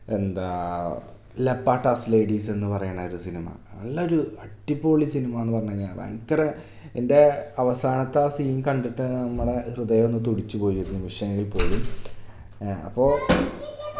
എന്താ ലാപ്പട്ടാസ് ലേഡീസെന്നു പറയണൊരു സിനിമ നല്ലൊരു അടിപൊളി സിനിമയാണെന്നു പറഞ്ഞു കഴിഞ്ഞാൽ അതാ ഭയങ്കര ഇതിൻ്റെ അവസാനത്തെ ആ സീൻ കണ്ടിട്ട് നമ്മുടെ ഹൃദയം ഒന്നു തുടിച്ചു പോയിരുന്നത് നിമിഷമെങ്കിൽ പോലും ആ അപ്പോൾ